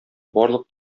барлык